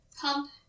pump